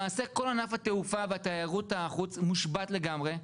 למעשה כל ענף התעופה והתיירות חוץ מושבת לגמרי.